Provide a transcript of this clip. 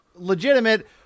legitimate